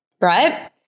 right